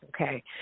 okay